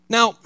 Now